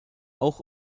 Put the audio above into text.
auch